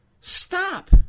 stop